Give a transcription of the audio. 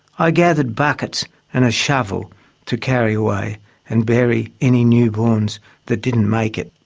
i gathered buckets and a shovel to carry away and bury any newborns that didn't make it.